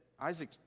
Isaac